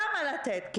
כמה לתת?